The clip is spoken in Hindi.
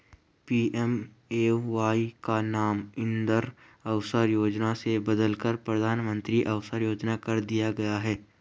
पी.एम.ए.वाई का नाम इंदिरा आवास योजना से बदलकर प्रधानमंत्री आवास योजना कर दिया गया